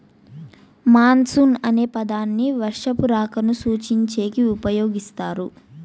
monsoon అనే పదాన్ని వర్షపు రాకను సూచించేకి ఉపయోగిస్తారు